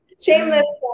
shameless